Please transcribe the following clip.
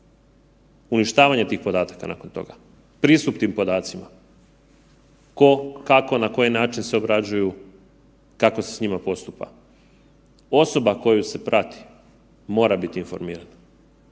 uništavanje tih podataka nakon toga, pristup tim podacima, ko, kako, na koji način se obrađuju, kako se s njima postupa. Osoba koju se prati mora bit informirana,